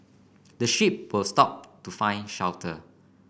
the sheep will stop to find shelter